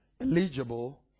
eligible